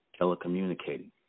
telecommunicating